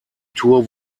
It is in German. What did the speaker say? tour